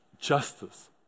justice